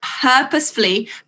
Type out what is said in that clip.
purposefully